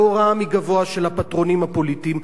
בהוראה מגבוה של הפטרונים הפוליטיים,